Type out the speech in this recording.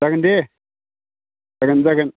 जागोन दे जागोन जागोन